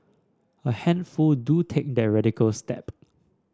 a handful do take that radical step